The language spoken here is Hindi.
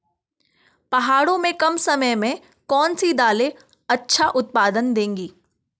पहाड़ों में कम समय में कौन सी दालें अच्छा उत्पादन देंगी?